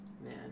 Man